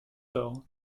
sort